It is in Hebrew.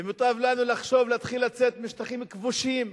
ומוטב לנו לחשוב להתחיל לצאת משטחים כבושים,